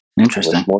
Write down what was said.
Interesting